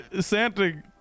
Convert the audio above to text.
santa